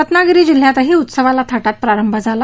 रत्नागिरी जिल्ह्यात उत्सवाला थाटात प्रारंभ झाला आहे